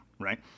right